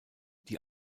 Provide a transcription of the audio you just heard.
die